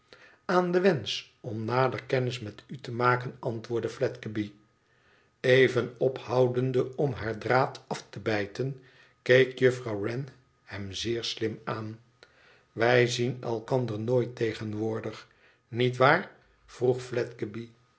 aan den wensch om nader kennis met u te maken antwoordde fledgeby even ophoudende om haar draadaftebijten keek juffrouw wren hem zeer slim aan wij zien elkander nooit tegenwoordig niet waar vroeg